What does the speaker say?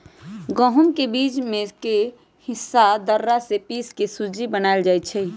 गहुम के बीच में के हिस्सा दर्रा से पिसके सुज्ज़ी बनाएल जाइ छइ